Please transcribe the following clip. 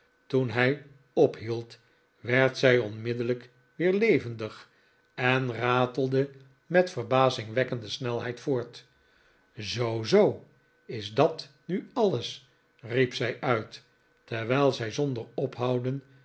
toen hij ophield werd zij onmiddellijk weer levendig en ratelde met verbazingwekkende snelheid voort zoo zoo is dat nu alles riep zij uit terwijl zij zonder ophouden